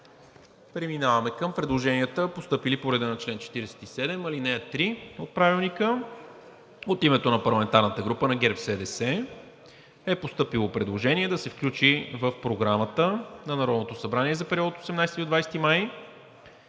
Преминаваме към предложенията, постъпили по реда на чл. 47, ал. 3 от Правилника. От името на парламентарната група на ГЕРБ-СДС е постъпило предложение да се включи в Програмата на Народното събрание за периода 18 – 20 март